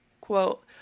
Quote